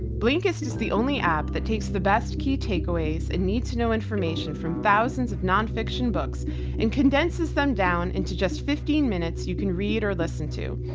blinkist is the only app that takes the best key takeaways and need to know information from thousands of nonfiction books and condenses them down into just fifteen minutes you can read or listen to.